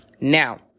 Now